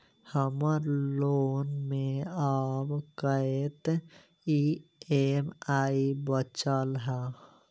हम्मर लोन मे आब कैत ई.एम.आई बचल ह?